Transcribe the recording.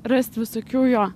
rasti visokių jo